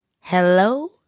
Hello